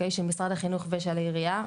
של משרד החינוך ושל העירייה,